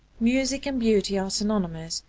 music and beauty are synonymous,